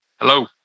hello